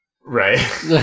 right